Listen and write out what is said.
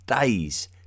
days